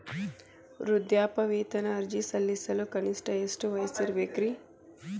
ವೃದ್ಧಾಪ್ಯವೇತನ ಅರ್ಜಿ ಸಲ್ಲಿಸಲು ಕನಿಷ್ಟ ಎಷ್ಟು ವಯಸ್ಸಿರಬೇಕ್ರಿ?